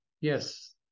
yes